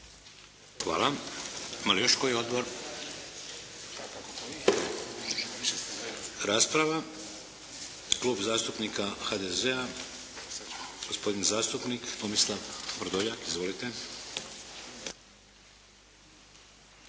Hvala. Ima li još koji odgovori? Rasprava, klub zastupnika HDZ-a, gospodin zastupnik Tomislav Vrdoljak. Izvolite.